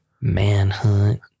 Manhunt